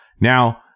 Now